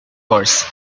course